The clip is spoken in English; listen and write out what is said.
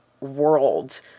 world